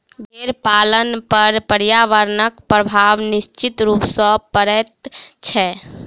भेंड़ पालन पर पर्यावरणक प्रभाव निश्चित रूप सॅ पड़ैत छै